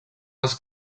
les